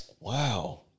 Wow